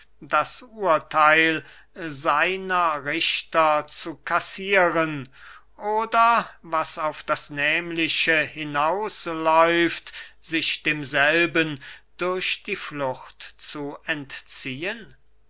das urtheil seiner richter zu kassieren oder was auf das nehmliche hinausläuft sich demselben durch die flucht zu entziehen